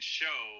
show